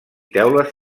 teules